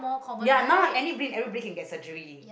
ya anybody everybody can get surgery